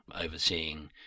overseeing